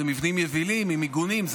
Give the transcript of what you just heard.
אלה מבנים יבילים עם מיגונים,